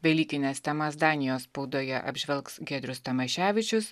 velykines temas danijos spaudoje apžvelgs giedrius tamaševičius